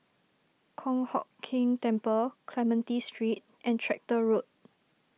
Kong Hock Keng Temple Clementi Street and Tractor Road